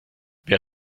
wer